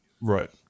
Right